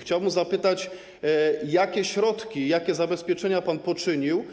Chciałbym zapytać, jakie środki, jakie zabezpieczenia pan poczynił,